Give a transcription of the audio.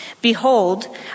Behold